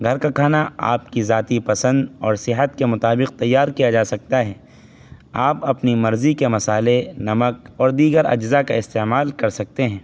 گھر کا کھانا آپ کی ذاتی پسند اور سیاحت کے مطابق تیار کیا جا سکتا ہے آپ اپنی مرضی کے مسالے نمک اور دیگر اجزاء کا استعمال کر سکتے ہیں